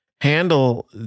handle